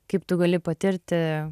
kaip tu gali patirti